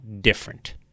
different